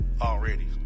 already